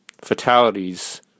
fatalities